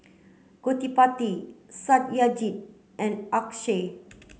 Gottipati Satyajit and Akshay